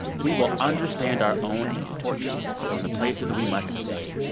we will understand our own importance from the places we must stay.